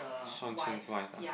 Shawn-Chen's wife ah